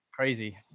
crazy